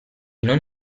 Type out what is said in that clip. non